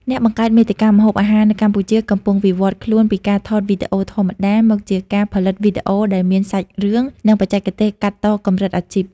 អ្នកបង្កើតមាតិកាម្ហូបអាហារនៅកម្ពុជាកំពុងវិវត្តខ្លួនពីការថតវីដេអូធម្មតា មកជាការផលិតវីដេអូដែលមានសាច់រឿង និងបច្ចេកទេសកាត់តកម្រិតអាជីព។